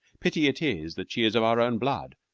pity it is that she is of our own blood,